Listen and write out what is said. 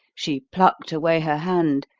she plucked away her hand,